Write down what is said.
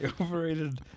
overrated